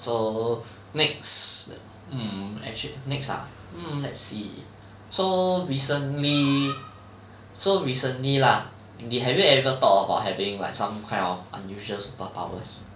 so next hmm actually next ah hmm let's see so recently so recently lah have you ever thought of about having like some kind of unusual superpowers